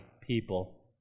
people